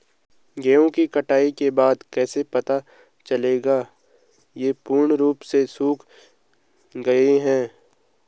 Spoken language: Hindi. गेहूँ की कटाई के बाद कैसे पता चलेगा ये पूर्ण रूप से सूख गए हैं?